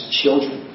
children